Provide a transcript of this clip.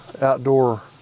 outdoor